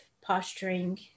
posturing